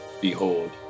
Behold